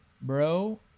Bro